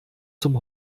zum